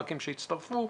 שהצטרפו לדיון,